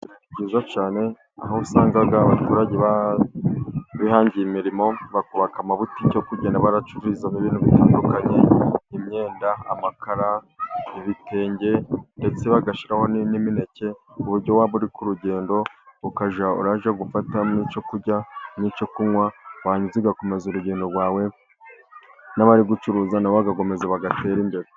Ni byiza cyane aho usanga abaturage bihangiye imirimo bakubaka amabutike yo kugenda baracururiza ibintu bitandukanye; imyenda, amakara, ibitenge ndetse bagashiraho n'indi mineke, kuburyo waba uri ku rugendo ukajya urajye gufata nk'icyo kurya n'icyo kunywa, warangiza ugakomeza urugendo rwawe n'abari gucuruza nabo bagakomeze bagatera imbere.